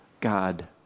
God